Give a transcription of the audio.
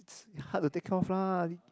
hard to take care of lah